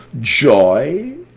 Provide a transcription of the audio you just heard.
joy